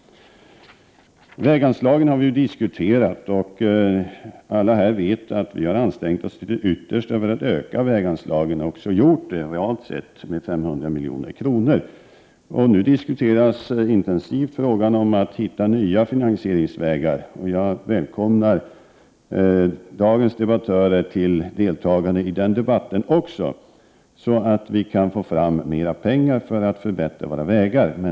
Vi har diskuterat väganslagen. Alla här vet att vi har ansträngt oss till det yttersta för att öka väganslagen. De har också ökat realt sett med 500 milj.kr. Nu diskuteras intensivt frågan om att finna nya finansieringsvägar. Jag välkomnar dagens debattörer till att också delta i den debatten. Då kan vi få fram mera pengar för att förbättra våra vägar.